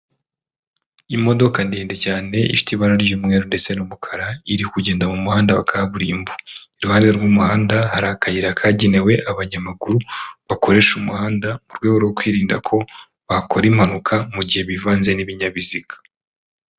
Imodoka ndende cyane ifite ibara ry'umweru ndetse n'umukara, iri kugenda mu muhanda wa kaburimbo, iruhande rw'umuhanda hari akayira kagenewe abanyamaguru bakoresha umuhanda, mu rwego rwo kwirinda ko bakora impanuka mu gihe bivanze n'ibinyabiziga.